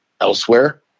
elsewhere